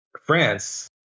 France